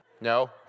No